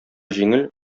җиңел